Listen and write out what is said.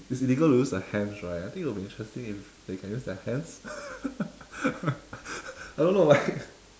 it's illegal to use their hands right I think it would be interesting to use their hands I don't know like